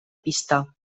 pista